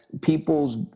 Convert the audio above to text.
people's